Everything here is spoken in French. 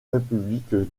république